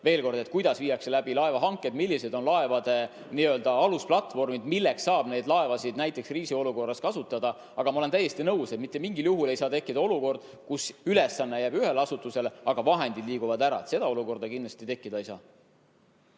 Veel kord: kuidas viiakse läbi laevahanked, millised on laevade n‑ö alusplatvormid, milleks saab neid laevasid näiteks kriisiolukorras kasutada. Aga ma olen täiesti nõus, et mitte mingil juhul ei saa tekkida olukord, kus ülesanne jääb ühele asutusele, aga vahendid liiguvad ära. Seda olukorda kindlasti tekkida ei saa.